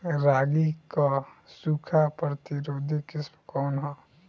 रागी क सूखा प्रतिरोधी किस्म कौन ह?